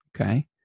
okay